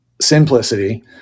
simplicity